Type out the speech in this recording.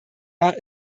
nach